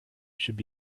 should